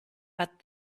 but